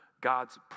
God's